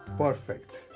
perfect.